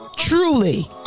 Truly